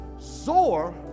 Zor